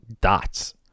dots